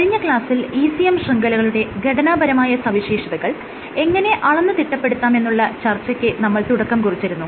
കഴിഞ്ഞ ക്ലാസ്സിൽ ECM ശൃംഖലകളുടെ ഘടനാപരമായ സവിശേഷതകൾ എങ്ങനെ അളന്ന് തിട്ടപ്പെടുത്താമെന്നുള്ള ചർച്ചയ്ക്ക് നമ്മൾ തുടക്കം കുറിച്ചിരുന്നു